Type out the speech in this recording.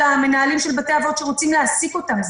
מנהלים של בתי האבות שרוצים להעסיק אותם.